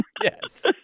Yes